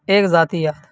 ایک ذاتیہ